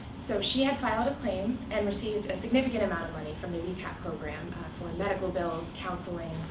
so she had filed a claim, and received a significant amount of money from the vcap program for medical bills, counseling,